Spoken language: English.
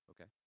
okay